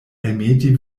elmeti